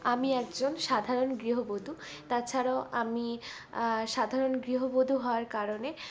আমি একজন সাধারণ গৃহবধূ তাছাড়াও আমি সাধারণ গৃহবধূ হওয়ার কারণে